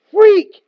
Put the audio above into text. freak